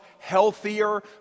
healthier